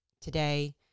today